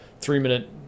three-minute